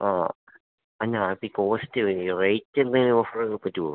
ആ കോസ്റ്റ് റേറ്റെന്തെങ്കിലും ഓഫറ് പറ്റുമോ